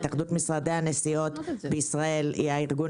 התאחדות משרדי הנסיעות בישראל היא הארגון